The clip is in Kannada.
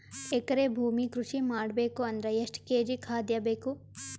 ಎಕರೆ ಭೂಮಿ ಕೃಷಿ ಮಾಡಬೇಕು ಅಂದ್ರ ಎಷ್ಟ ಕೇಜಿ ಖಾದ್ಯ ಬೇಕು?